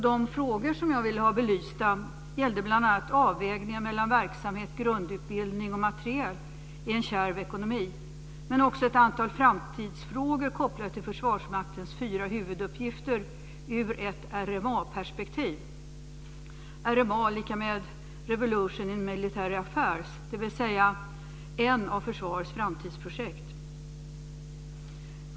De frågor som jag ville ha belysta gällde bl.a. avvägningen mellan verksamhet och grundutbildning och materiel i en kärv ekonomi men också ett antal framtidsfrågor kopplade till Försvarsmaktens fyra huvuduppgifter ur ett RMA-perspektiv. RMA betyder Revolution in Military Affairs, dvs. en av försvarets framtidsprojekt.